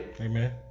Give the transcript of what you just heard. Amen